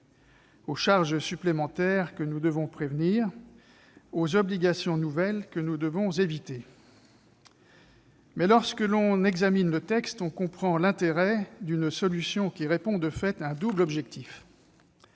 aux charges supplémentaires, que nous devons prévenir, et aux obligations nouvelles, que nous devons éviter. Toutefois, lorsque l'on examine le texte, on comprend l'intérêt d'une solution qui répond de fait, à un double objectif.